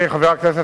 חבר הכנסת